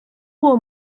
pour